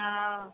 हँ